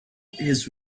his